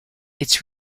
its